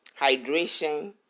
hydration